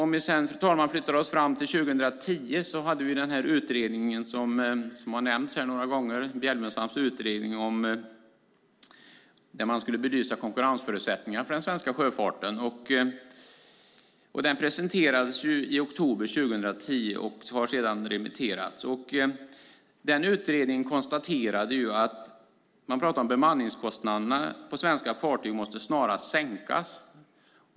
Man kan sedan gå fram till 2010 och Bjelfvenstams utredning, som har nämnts här några gånger. Den skulle belysa konkurrensförutsättningarna för den svenska sjöfarten. Den presenterades i oktober 2010 och har sedan remitterats. Den utredningen konstaterade att bemanningskostnaderna på svenska fartyg snarast måste sänkas.